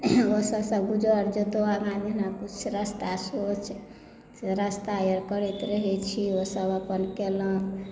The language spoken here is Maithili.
ओहिसभसँ गुजर जेतौ किछु रस्ता सोच से रस्ता आओर करैत रहैत छी ओसभ अपन केलहुँ